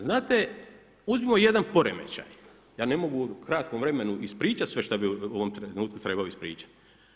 Znate, uzmimo jedan poremećaj, ja ne mogu u kratkom vremenu ispričati sve što bi u ovom trenutku trebao ispričati.